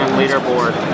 leaderboard